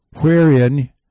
wherein